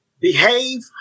behave